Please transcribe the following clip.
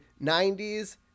90s